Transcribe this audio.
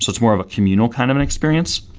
so it's more of a communal kind of and experience,